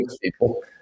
people